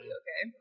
okay